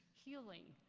healing,